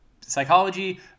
psychology